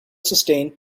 sustained